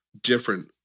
different